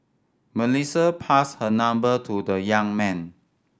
Melissa passed her number to the young man